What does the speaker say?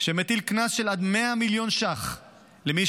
שמטיל קנס של עד 100 מיליון ש"ח על מי